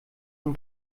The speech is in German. von